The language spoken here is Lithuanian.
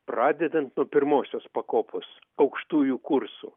pradedant nuo pirmosios pakopos aukštųjų kursų